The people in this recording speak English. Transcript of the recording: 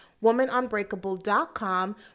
womanunbreakable.com